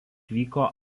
vyko